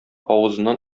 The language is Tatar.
авызыннан